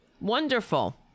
Wonderful